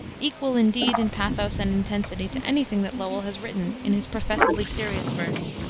equal indeed, in pathos and intensity to any thing that lowell has written in his professedly serious verse.